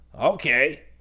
Okay